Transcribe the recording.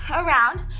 around,